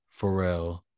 pharrell